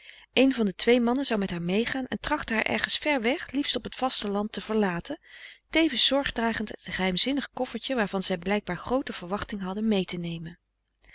een van de twee mannen zou met haar meegaan en trachten haar ergens ver weg liefst op t vasteland te verlaten tevens zorg dragend het geheimzinnig koffertje waarvan zij blijkbaar groote verwachting hadden mee te nemen